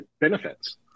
benefits